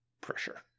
pressure